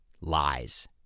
lies